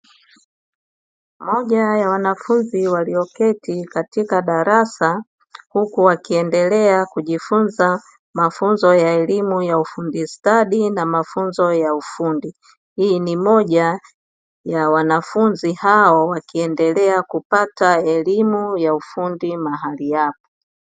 Moja ya wanafunzi walioketi katika darasa huku wakiendelea kujifunza mafunzo ya elimu ya ufundi stadi na mafunzo ya ufundi. Hii ni moja ya wanafunzi hao wakiendelea kupata elimu ya ufundi mahali hapo.